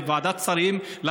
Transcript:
ועדת שרים.